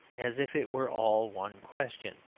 as if it were all one question.